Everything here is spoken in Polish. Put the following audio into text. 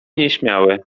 nieśmiały